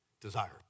desire